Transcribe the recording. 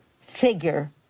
figure